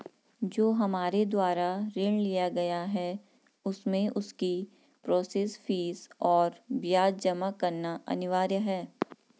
जो हमारे द्वारा ऋण लिया गया है उसमें उसकी प्रोसेस फीस और ब्याज जमा करना अनिवार्य है?